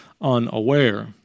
unaware